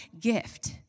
gift